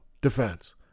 defense